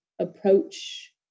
approach